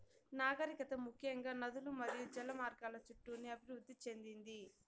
నాగరికత ముఖ్యంగా నదులు మరియు జల మార్గాల చుట్టూనే అభివృద్ది చెందింది